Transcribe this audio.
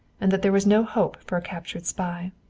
and that there was no hope for a captured spy.